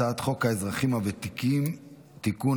הצעת חוק האזרחים הוותיקים (תיקון,